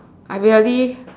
I really